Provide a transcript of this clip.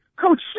Coach